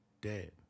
dead